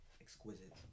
exquisite